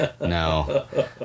No